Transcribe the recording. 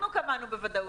אנחנו קבענו בוודאות.